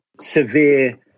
severe